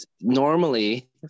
Normally